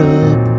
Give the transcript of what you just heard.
up